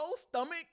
stomach